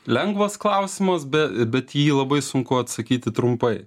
lengvas klausimas be bet jį labai sunku atsakyti trumpai